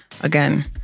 again